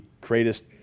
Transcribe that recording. greatest